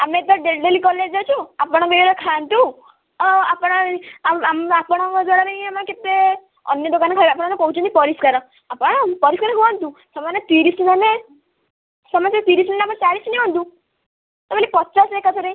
ଆମେ ତ daily daily college ଯାଉଛୁ ଆପଣଙ୍କ ଇଏରେ ଖାଆନ୍ତୁ ଆଉ ଆପଣ ଏଇ ଆଉ ଆମ ଆପଣଙ୍କ ଦ୍ୱାରା ବି ଆମେ କେତେ ଅନ୍ୟ ଦୋକାନ ଖାଇବା ଆପଣ କହୁଛନ୍ତି ପରିଷ୍କାର ଆପଣ ପରିଷ୍କାର ହୁଅନ୍ତୁ ସେମାନେ ତିରିଶ ନେଲେ ସେମାନେ ଯଦି ତିରିଶ ନେଲେ ଆପଣ ଚାଳିଶି ନିଅନ୍ତୁ ତା ବୋଲି ପଚାଶେ ଏକାଥରେ